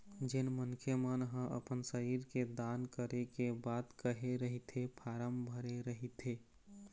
जेन मनखे मन ह अपन शरीर के दान करे के बात कहे रहिथे फारम भरे रहिथे